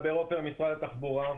מדבר עופר ממשרד התחבורה.